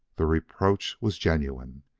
the reproach was genuine.